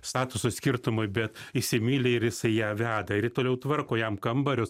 statuso skirtumai bet įsimyli ir jisai ją veda ir ji toliau tvarko jam kambarius